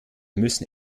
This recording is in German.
müssen